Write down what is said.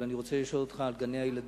אבל אני רוצה לשאול אותך על גני-הילדים,